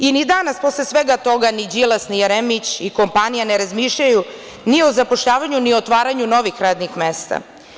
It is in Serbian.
Ni danas, posle svega toga, ni Đilas, ni Jeremić i kompanija ne razmišljaju ni o zapošljavanju, ni o otvaranju novih radnih mesta.